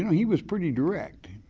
you know he was pretty direct.